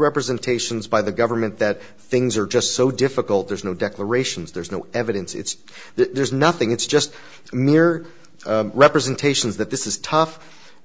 representations by the government that things are just so difficult there's no declarations there's no evidence it's there's nothing it's just mere representations that this is tough